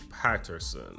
Patterson